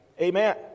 amen